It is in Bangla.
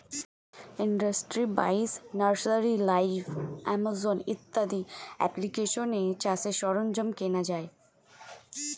ইন্ডাস্ট্রি বাইশ, নার্সারি লাইভ, আমাজন ইত্যাদি অ্যাপ্লিকেশানে চাষের সরঞ্জাম কেনা যায়